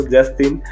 Justin